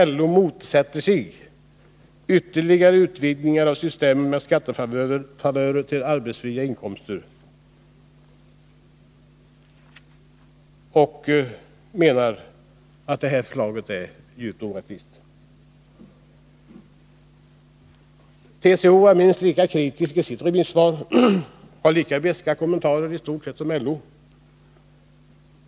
LO motsätter sig ytterligare utvidgningar av systemet med skattefavörer till arbetsfria inkomster.” Man menar att det här Nr 45 förslaget är djupt orättvist. Å TCO är minst lika kritisk i sitt remissvar och gör i stort sett lika beska kommentarer som LO.